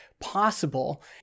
possible